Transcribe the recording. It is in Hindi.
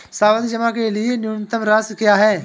सावधि जमा के लिए न्यूनतम राशि क्या है?